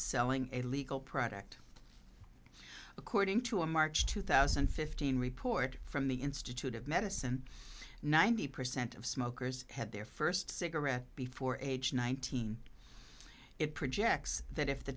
selling a legal product according to a march two thousand and fifteen report from the institute of medicine ninety percent of smokers had their first cigarette before age nineteen it projects that if the